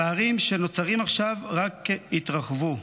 הפערים שנוצרים עכשיו רק יתרחבו.